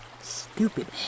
Stupid